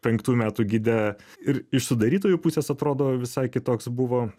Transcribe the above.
penktų metų gide ir iš sudarytojų pusės atrodo visai kitoks buvo